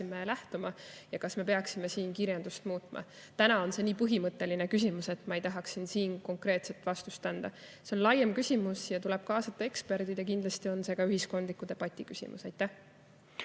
lähtuma, ja kas me peaksime kirjandust muutma. See on nii põhimõtteline küsimus, et ma ei tahaks siin täna konkreetset vastust anda. See on laiem küsimus, mille puhul tuleb kaasata eksperdid, ja kindlasti on see ka ühiskondliku debati küsimus. Aitäh!